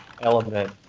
element